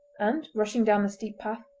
and, rushing down the steep path,